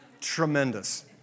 tremendous